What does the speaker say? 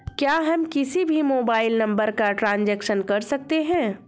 क्या हम किसी भी मोबाइल नंबर का ट्रांजेक्शन कर सकते हैं?